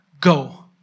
go